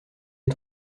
est